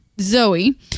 Zoe